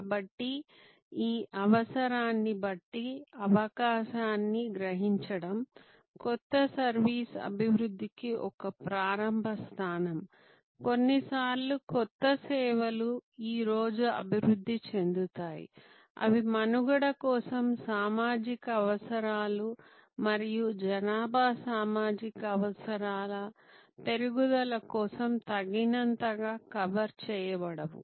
కాబట్టి ఈ అవసరాన్ని బట్టి అవకాశాన్ని గ్రహించడం క్రొత్త సర్వీస్ అభివృద్ధికి ఒక ప్రారంభ స్థానం కొన్నిసార్లు కొత్త సేవలు ఈ రోజు అభివృద్ధి చెందుతాయి అవి మనుగడ కోసం సామాజిక అవసరాలు మరియు జనాభా సామాజిక అవసరాల పెరుగుదల కోసం తగినంతగా కవర్ చేయబడవు